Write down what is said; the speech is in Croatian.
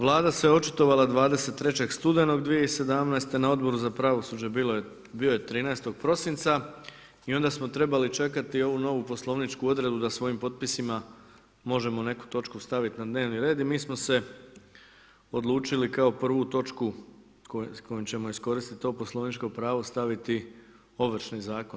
Vlada se očitovala 23. studenog 2017., na Odboru za pravosuđe bio je 13. prosinca i onda smo čekali trebati ovu novu poslovničku odredbu da svojim potpisima možemo neku točku staviti na dnevni red i mi smo se odlučili kao prvu točku s kojom ćemo iskoristiti to poslovničko pravo staviti Ovršni zakon.